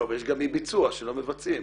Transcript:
יש גם אי ביצוע שלא מבצעים.